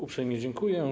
Uprzejmie dziękuję.